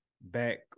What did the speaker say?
back